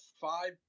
five